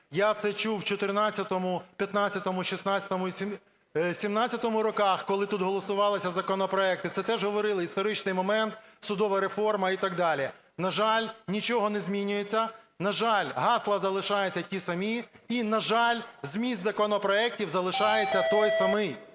Я це чув в 2014-му, 2015-му, 2016-му і 2017-му роках, коли тут голосувалися законопроекти. Це теж, говорили, історичний момент, судова реформа і так далі. На жаль, нічого не змінюється. На жаль, гасла залишаються ті самі і, на жаль, зміст законопроектів залишається той самий.